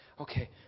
Okay